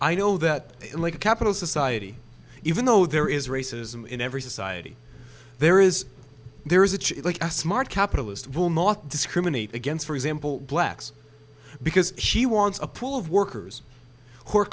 i know that unlike a capital society even though there is racism in every society there is there is it's like a smart capitalist will not discriminate against for example blacks because she wants a pool of workers who are